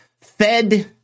Fed